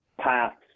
paths